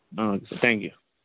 thank you